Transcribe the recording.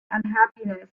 unhappiness